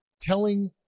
telling